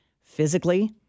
physically